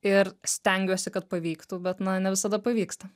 ir stengiuosi kad pavyktų bet na ne visada pavyksta